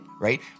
right